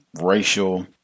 Racial